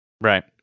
right